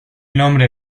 nombre